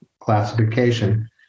classification